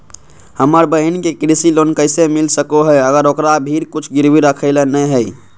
हमर बहिन के कृषि लोन कइसे मिल सको हइ, अगर ओकरा भीर कुछ गिरवी रखे ला नै हइ?